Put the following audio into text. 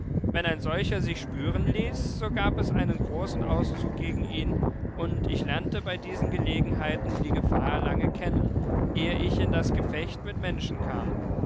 wenn ein solcher sich spüren ließ so gab es einen großen auszug gegen ihn und ich lernte bei diesen gelegenheiten die gefahr lange kennen ehe ich in das gefecht mit menschen kam